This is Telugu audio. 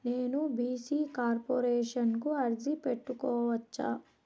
నేను బీ.సీ కార్పొరేషన్ కు అర్జీ పెట్టుకోవచ్చా?